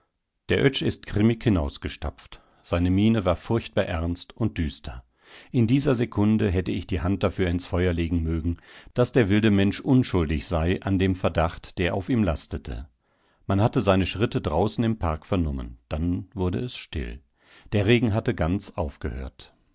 der oetsch ist grimmig hinausgestapft seine miene war furchtbar ernst und düster in dieser sekunde hätte ich die hand dafür ins feuer legen mögen daß der wilde mensch unschuldig sei an dem verdacht der auf ihm lastete man hat seine schritte draußen im park vernommen dann wurde es still der regen hatte ganz aufgehört